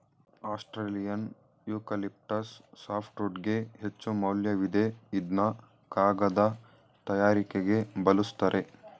Australian eucalyptus ಸಾಫ್ಟ್ವುಡ್ಗೆ ಹೆಚ್ಚುಮೌಲ್ಯವಿದೆ ಇದ್ನ ಕಾಗದ ತಯಾರಿಕೆಗೆ ಬಲುಸ್ತರೆ